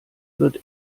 wird